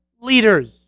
leaders